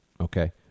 Okay